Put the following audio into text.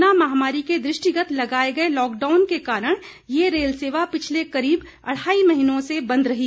corona महामारी के दृष्टिगत लगाए गए लॉकडाउन के कारण ये रेल सेवा पिछले करीब अढ़ाई महीने से बंद रही